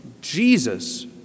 Jesus